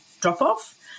drop-off